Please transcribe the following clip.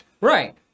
Right